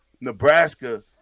Nebraska